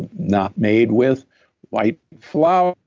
not made with white flour,